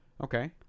Okay